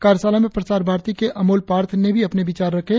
कार्यशाला में प्रसार भारती के अमोल पार्थ ने भी अपने विचार रखे